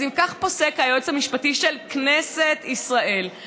אז אם כך פוסק היועץ המשפטי של כנסת ישראל,